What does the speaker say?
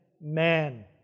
man